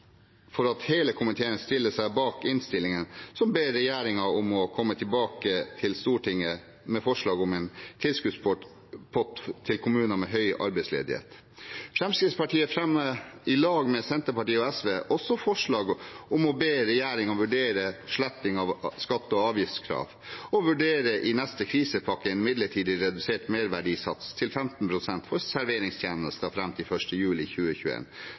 for at hele komiteen stiller seg bak innstillingen om å be regjeringen komme tilbake til Stortinget med forslag om en tilskuddspott til kommuner med høy arbeidsledighet. Fremskrittspartiet fremmer i lag med Senterpartiet og SV også forslag om å be regjeringen vurdere sletting av skatte- og avgiftskrav, og i neste krisepakke vurdere en midlertidig redusert merverdiavgiftssats til 15 pst. for serveringstjenester frem til 1. juli